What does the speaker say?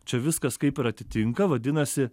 čia viskas kaip ir atitinka vadinasi